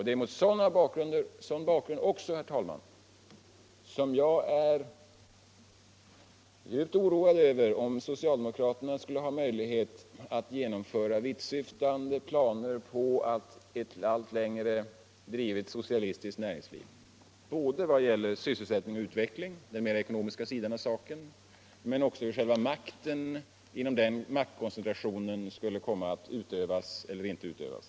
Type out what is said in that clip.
Det är också mot den bakgrunden som jag är djupt oroad, om socialdemokraterna skulle ha möjligheter att genomföra vittsyftande planer på ett allt längre drivet socialistiskt näringsliv, i vad gäller både sysselsättning och utveckling — det är den mera ekonomiska sidan av saken - och när det gäller hur själva makten inom den maktkoncentrationen skulle komma att utövas eller inte utövas.